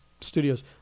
studios